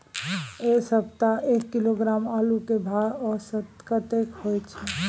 ऐ सप्ताह एक किलोग्राम आलू के भाव औसत कतेक होय छै?